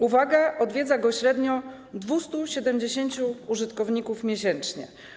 Uwaga, odwiedza go średnio 270 użytkowników miesięcznie.